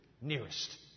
nearest